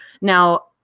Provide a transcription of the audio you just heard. Now